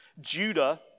Judah